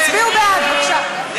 תצביעו בעד, בבקשה.